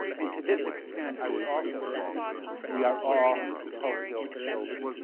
and to this extent i would also say we, are all tocqueville's children.